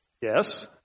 Yes